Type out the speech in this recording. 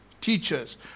teachers